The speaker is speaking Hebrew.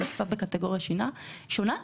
אבל קצת בקטגוריה שונה.